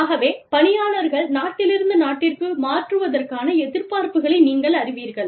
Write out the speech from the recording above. ஆகவே பணியாளர்கள் நாட்டிலிருந்து நாட்டிற்கு மாற்றுவதற்கான எதிர்பார்ப்புகளை நீங்கள் அறிவீர்கள்